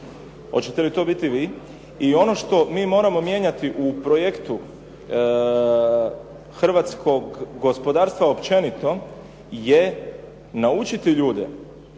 Hoćete li to biti vi? I ono što mi moramo mijenjati u projektu hrvatskog gospodarstva općenito je naučiti ljude